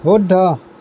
শুদ্ধ